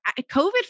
COVID